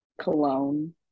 cologne